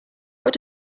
what